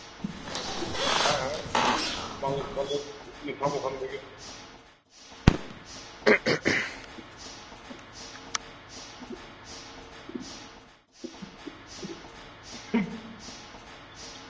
হ্যাঁ হ্যাঁ একটু কমে কমে নিতাম ওখান থেকে